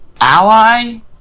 ally